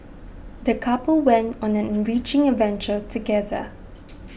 the couple went on an enriching adventure together